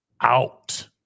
out